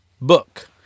book